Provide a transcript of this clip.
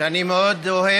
שאני מאוד אוהב ומעריך.